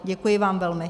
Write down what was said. Děkuji vám velmi.